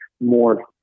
more